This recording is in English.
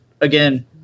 again